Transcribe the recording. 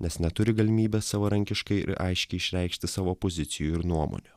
nes neturi galimybės savarankiškai ir aiškiai išreikšti savo pozicijų ir nuomonių